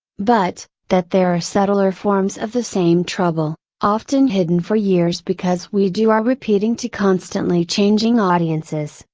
but, that there are subtler forms of the same trouble, often hidden for years because we do our repeating to constantly changing audiences,